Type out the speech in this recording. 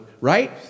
right